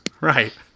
Right